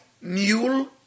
mule